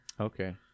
okay